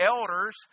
elders